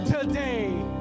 today